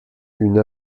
une